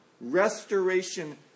restoration